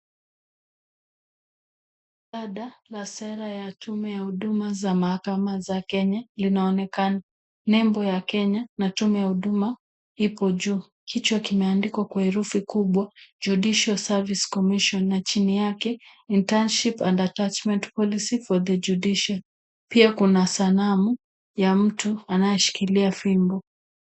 Shada la sera ya tume ya huduma za mahakama za Kenya linaonekana. Nembo ya Kenya na tume ya huduma ipo juu. Kichwa kimeandikwa kwa herufi kubwa JUDICIAL SERVICE COMMISSION na chini yake Internship and Attachment Policy for the Judiciary . Pia kuna sanamu ya mtu anayeshikilia fimbo.